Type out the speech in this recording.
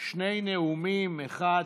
שני נאומים להסתייגות 11,